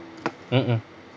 mmhmm